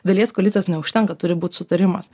dalies koalicijos neužtenka turi būt sutarimas